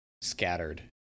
scattered